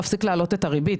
להפסיק להעלות את הריבית.